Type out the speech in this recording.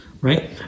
right